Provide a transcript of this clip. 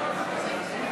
התרבות והספורט נתקבלה.